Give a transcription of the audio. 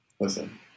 Listen